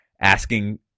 asking